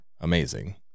amazing